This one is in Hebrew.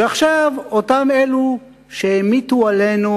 ועכשיו אותם אלה שהמיטו עלינו